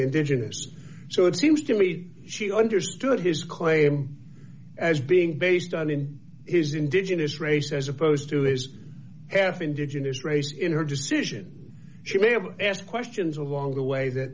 indigenous so it seems to me that she understood his claim as being based on in his indigenous race as opposed to his half indigenous race in her decision she may have asked questions along the way that